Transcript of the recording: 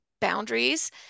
boundaries